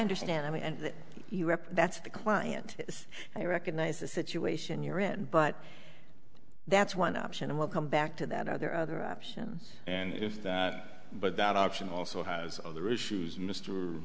understand and you rep that's the client i recognize the situation you're in but that's one option and we'll come back to that are there other options and if that but that option also has other issues mister